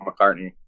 mccartney